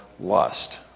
lust